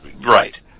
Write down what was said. right